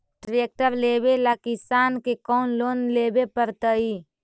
Tractor लेवेला किसान के कौन लोन लेवे पड़तई?